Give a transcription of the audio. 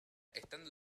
estando